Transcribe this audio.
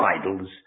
idols